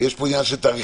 יש פה עניין של תאריכים.